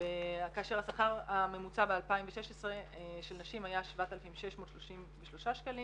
והקו של השכר הממוצע ב-2016 של נשים היה 7,633 שקלים